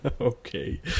okay